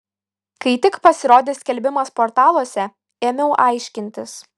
kai tik pasirodė skelbimas portaluose ėmiau aiškintis